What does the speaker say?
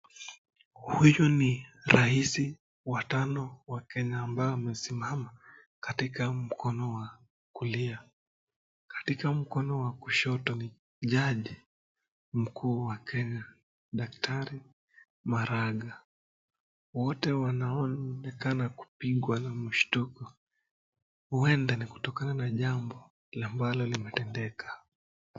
Huyu ni raisi wa tano wa Kenya, ambayo amesimama katika mkono wa kulia, katika mkono wa kushoto ni jaji, mkuu wa Kenya daktari Maraga. Wote wanaonekana kupingwa n mushtuko. Huenda ni kutokana na jambo ambalo limetendeka.